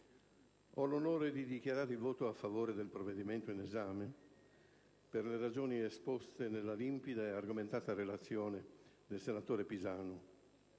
ho l'onore di dichiarare il voto a favore del provvedimento in esame per le ragioni esposte nella limpida e argomentata relazione del senatore Pisanu.